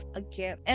again